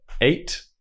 eight